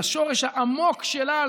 בשורש העמוק שלה,